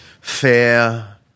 fair